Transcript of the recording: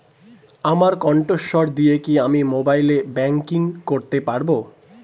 আমার কন্ঠস্বর দিয়ে কি আমি মোবাইলে ব্যাংকিং করতে পারবো?